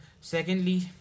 secondly